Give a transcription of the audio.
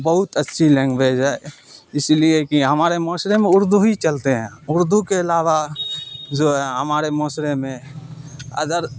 بہت اچھی لینگویج ہے اسی لیے کہ ہمارے معاشرے میں اردو ہی چلتے ہیں اردو کے علاوہ جو ہے ہمارے معاشرے میں ادر